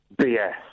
BS